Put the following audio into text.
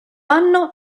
anno